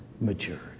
maturity